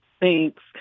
Thanks